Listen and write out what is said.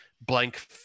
blank